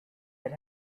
had